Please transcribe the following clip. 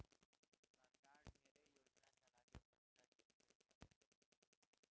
सरकार ढेरे योजना चला के पइसा हेर फेर करेले